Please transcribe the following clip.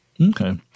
Okay